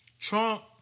Trump